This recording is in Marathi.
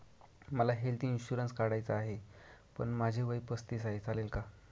मला हेल्थ इन्शुरन्स काढायचा आहे पण माझे वय पस्तीस आहे, चालेल का?